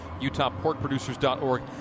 utahporkproducers.org